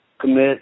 Commit